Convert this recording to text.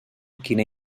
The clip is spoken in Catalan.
quina